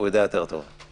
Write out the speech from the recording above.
הוא יודע יותר טוב.